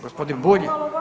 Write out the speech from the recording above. Gospodin Bulj.